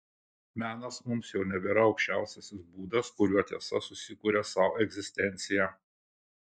menas mums jau nebėra aukščiausiasis būdas kuriuo tiesa susikuria sau egzistenciją